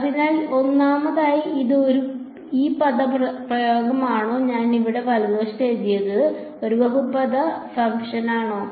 അതിനാൽ ഒന്നാമതായി ഇത് ഒരു ഈ പദപ്രയോഗമാണോ ഞാൻ ഇവിടെ വലതുവശത്ത് എഴുതിയത് ഇത് ഒരു ബഹുപദ ഫംഗ്ഷനാണോ